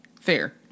Fair